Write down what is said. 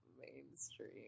mainstream